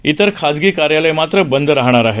इतर खाजगी कार्यालय मात्र बंद राहणार आहेत